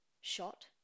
Shot